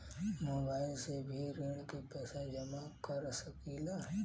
Mobile से भी ऋण के पैसा जमा कर सकी ला?